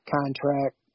contract